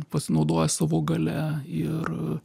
pasinaudoja savo galia ir